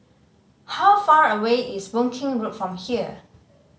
how far away is Boon Keng Road from here